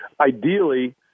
ideally